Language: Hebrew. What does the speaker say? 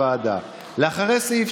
סליחה, יושב-ראש הוועדה גפני.